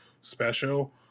special